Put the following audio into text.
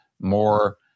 more